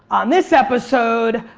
on this episode,